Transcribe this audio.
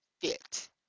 fit